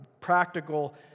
practical